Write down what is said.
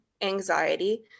anxiety